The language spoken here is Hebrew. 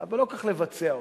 אבל לא כל כך לבצע אותו,